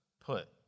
put